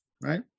right